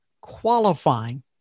qualifying